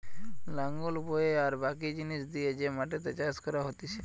লাঙল বয়ে আর বাকি জিনিস দিয়ে যে মাটিতে চাষ করা হতিছে